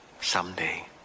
Someday